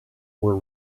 were